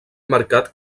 marcat